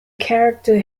character